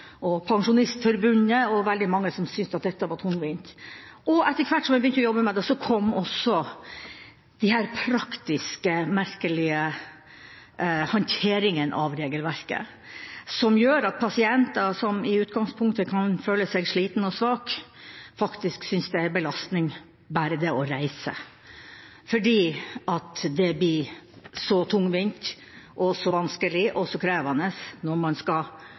veldig mange som syntes dette var tungvint. Etter hvert som jeg begynte å jobbe med det, kom også disse praktiske, merkelige handteringene av regelverket, som gjør at pasienter som i utgangspunktet kan føle seg slitne og svake, faktisk syns det er en belastning, bare det å reise, fordi det blir så tungvint, så vanskelig og så krevende når man f.eks. skal